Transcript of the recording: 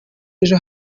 ejo